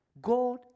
God